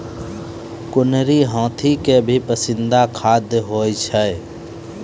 कुनरी हाथी के भी पसंदीदा खाद्य होय छै